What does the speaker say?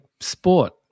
sport